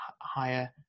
higher